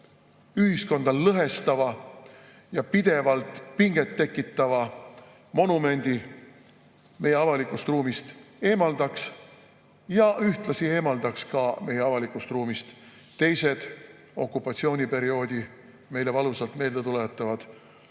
ühiskonda lõhestava ja pidevalt pinget tekitava monumendi meie avalikust ruumist eemaldataks. Ühtlasi tuleks meie avalikust ruumist eemaldada teised okupatsiooniperioodi meile valusalt meelde tuletavad